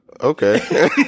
Okay